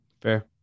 fair